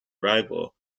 rival